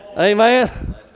Amen